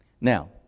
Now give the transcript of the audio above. Now